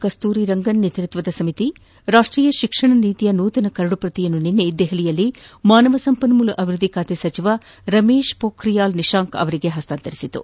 ಕಸ್ತೂರಿರಂಗನ್ ನೇತೃತ್ವದ ಸಮಿತಿ ರಾಷ್ಷೀಯ ಶಿಕ್ಷಣ ನೀತಿಯ ನೂತನ ಕರಡು ಪ್ರತಿಯನ್ನು ನಿನ್ನೆ ದೆಹಲಿಯಲ್ಲಿ ಮಾನವ ಸಂಪನ್ನೂಲ ಅಭಿವ್ಯದ್ದಿ ಖಾತೆ ಸಚಿವ ರಮೇಶ್ ಪೋಖರಿಯಾಲ್ ನಿಶಾಂಕ್ ಅವರಿಗೆ ಹಸ್ತಾಂತರಿಸಿತು